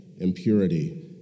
impurity